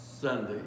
Sunday